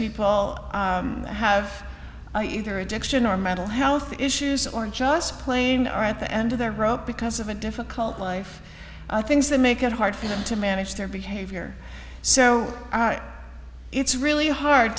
people that have either addiction or mental health issues or just plain are at the end of their rope because of a difficult life things that make it hard for them to manage their behavior so it's really hard